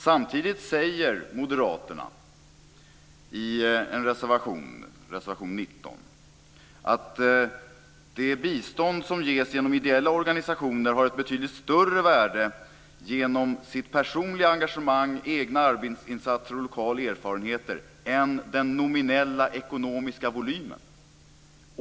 Samtidigt säger Moderaterna i reservation 19 att det bistånd som ges genom ideella organisationer har ett betydligt större värde genom personligt engagemang, egna arbetsinsatser och lokala erfarenheter än den nominella ekonomiska volymen.